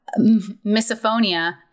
misophonia